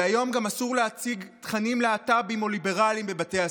והיום גם אסור להציג תכנים להט"בים או ליברליים בבתי הספר.